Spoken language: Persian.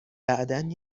بعدا